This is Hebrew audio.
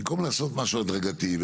במקום לעשות משהו הדרגתי,